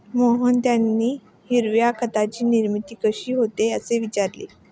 मोहन यांनी हिरव्या खताची निर्मिती कशी होते, असे विचारले